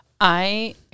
I-